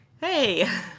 hey